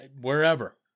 wherever